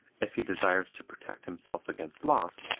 if he desires to protect himself against loss,